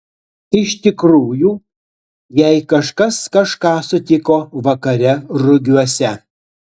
iš tikrųjų jei kažkas kažką sutiko vakare rugiuose